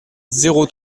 zéro